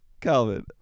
calvin